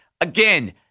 Again